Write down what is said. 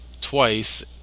twice